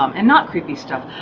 um and not creepy stuff.